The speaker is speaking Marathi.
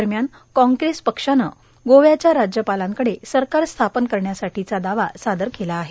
दरम्यान कॉग्रेस पक्षान गोव्याच्या राज्यपालाकडे सरकार स्थापन करण्यासाठीचा दावा सादर केला आहे